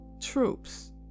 troops